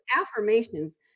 affirmations